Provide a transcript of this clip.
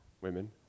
women